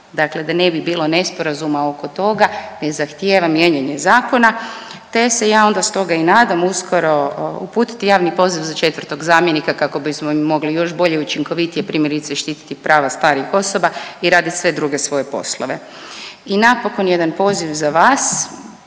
dakle da ne bi bilo nesporazuma oko toga ne zahtjeva mijenjanje zakona, te se ja onda stoga i nadam uskoro uputiti javni poziv za 4. zamjenika kako bismo mogli još bolje i učinkovitije primjerice štititi prava starijih osoba i radit sve druge svoje poslove. I napokon jedan poziv za vas,